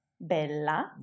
bella